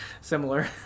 similar